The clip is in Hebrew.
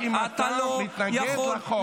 כי רק אם אתה מתנגד לחוק.